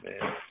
man